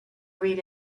read